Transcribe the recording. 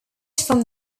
from